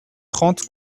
trente